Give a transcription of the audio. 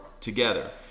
together